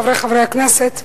חברי חברי הכנסת,